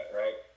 right